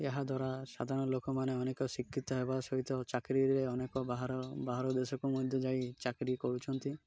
ଏହାଦ୍ୱାରା ସାଧାରଣ ଲୋକମାନେ ଅନେକ ଶିକ୍ଷିତ ହେବା ସହିତ ଚାକିରିରେ ଅନେକ ବାହାର ବାହାର ଦେଶକୁ ମଧ୍ୟ ଯାଇ ଚାକିରି କରୁଛନ୍ତି